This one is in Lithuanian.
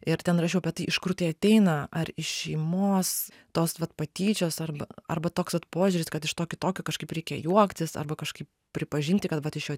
ir ten rašiau apie tai iš kur tai ateina ar iš šeimos tos vat patyčios arba arba toks vat požiūris kad iš to kitokio kažkaip reikia juoktis arba kažkaip pripažinti kad vat iš jo